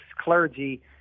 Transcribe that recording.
clergy